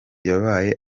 yabaye